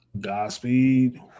Godspeed